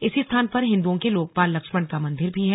इसी स्थान पर हिन्दुओं के लोकपाल लक्षमण का मंदिर भी है